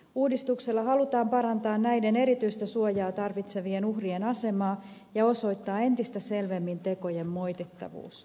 uudistuksella halutaan parantaa näiden erityistä suojaa tarvitsevien uhrien asemaa ja osoittaa entistä selvemmin tekojen moitittavuus